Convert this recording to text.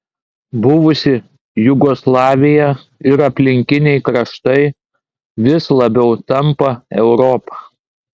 buvusi jugoslavija ir aplinkiniai kraštai vis labiau tampa europa